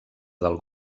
del